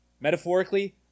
Metaphorically